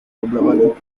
problematic